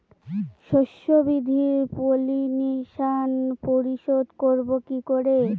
শস্য বৃদ্ধির পলিনেশান প্রতিরোধ করব কি করে?